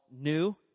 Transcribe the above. new